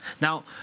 Now